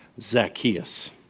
Zacchaeus